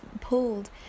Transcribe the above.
pulled